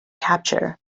capture